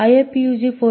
IFPUG 4